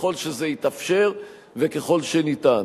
ככל שזה יתאפשר וככל שניתן.